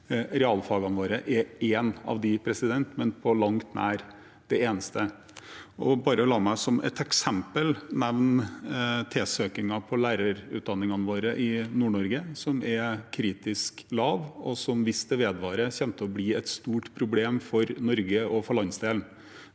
Realfagene er en av dem, men på langt nær den eneste. La meg som et eksempel nevne søkingen til lærerutdanningene våre i Nord-Norge, som er kritisk lav, og som, hvis det vedvarer, kommer til å bli et stort problem for Norge og for landsdelen.